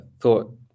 thought